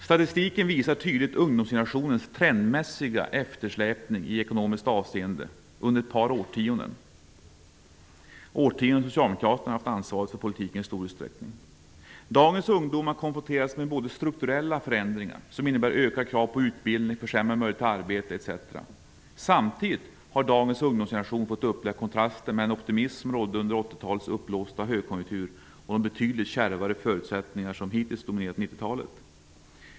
Statistiken visar tydligt ungdomsgenerationens trendmässiga eftersläpning i ekonomiskt avseende under ett par årtionden. Det är fråga om årtionden då Socialdemokraterna i stor utsträckning har haft ansvaret för politiken. Dagens ungdomar konfronteras med strukturella förändringar som innebär ökade krav på utbildning, försämrade möjligheter till arbete, etc. Samtidigt har dagens ungdomsgeneration fått uppleva kontrasten mellan den optimism som rådde under 80-talets uppblåsta högkonjunktur och de betydligt kärvare förutsättningar som hittills dominerat 90-talet.